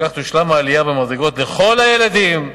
ובכך תושלם העלייה במדרגות לכל הילדים.